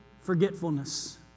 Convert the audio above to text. forgetfulness